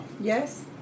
Yes